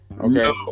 Okay